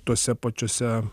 tuose pačiuose